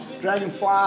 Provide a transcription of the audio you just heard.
Dragonfly